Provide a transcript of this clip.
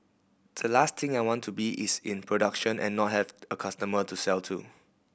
the last thing I want to be is in production and not have a customer to sell to